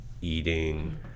eating